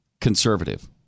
conservative